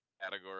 category